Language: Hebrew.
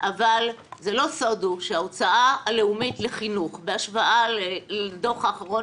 אבל לא סוד הוא שההוצאה הלאומית על חינוך בהשוואה לדוח האחרון